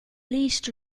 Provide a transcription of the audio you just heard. least